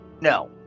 No